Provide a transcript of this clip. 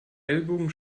ellbogen